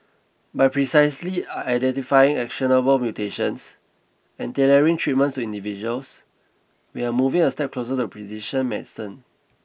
by precisely identifying actionable mutations and tailoring treatments to individuals we are moving a step closer to precision medicine